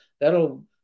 that'll